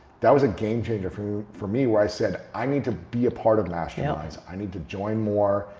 that was a game changer for for me where i said, i need to be a part of masterminds. i need to join more.